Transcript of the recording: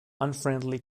unfriendly